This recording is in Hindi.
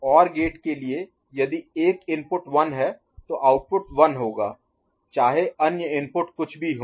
OR गेट के लिए यदि एक इनपुट 1 है तो आउटपुट 1 होगा चाहे अन्य इनपुट कुछ भी हों